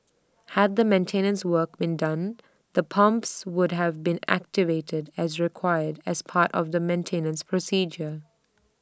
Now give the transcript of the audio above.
had the maintenance work been done the pumps would have been activated as required as part of the maintenance procedure